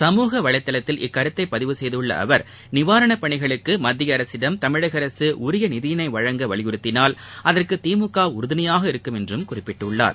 சமூக வலைதளத்தில் இக்கருத்தை பதிவு செய்துள்ள அவர் நிவாரணப் பணிகளுக்கு மத்திய அரசிடம் தமிழக அரசு உரிய நிதியினை வழங்க வலியுறுத்தினால் அதற்கு திமுக உறுதுணையாக இருக்கும் என்றும் குறிப்பிட்டுள்ளார்